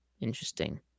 interesting